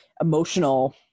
emotional –